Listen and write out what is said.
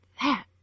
that